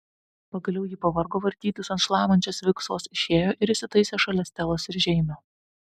pagaliau ji pavargo vartytis ant šlamančios viksvos išėjo ir įsitaisė šalia stelos ir žeimio